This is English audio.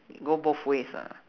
go both ways ah